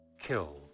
Kill